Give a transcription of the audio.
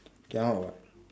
cannot what